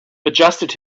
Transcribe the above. adjusted